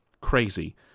Crazy